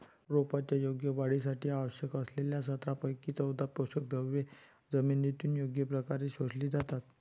रोपांच्या योग्य वाढीसाठी आवश्यक असलेल्या सतरापैकी चौदा पोषकद्रव्ये जमिनीतून योग्य प्रकारे शोषली जातात